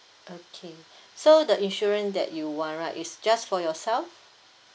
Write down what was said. okay so the insurance that you want right is just for yourself